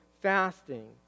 fasting